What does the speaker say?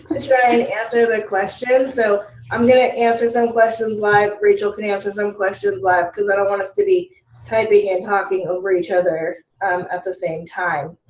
trying to answer the questions. so i'm going to answer some questions live. raechel can answer some questions live. because i don't want us to be typing and talking over each other at the same time.